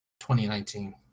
2019